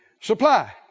supply